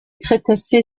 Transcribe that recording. crétacé